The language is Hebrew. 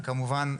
וכמובן,